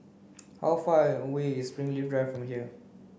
how far away is Springleaf Drive from here